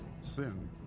Sin